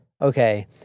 Okay